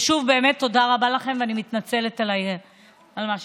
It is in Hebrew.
ושוב, באמת תודה רבה לכם, ואני מתנצלת על מה שקרה.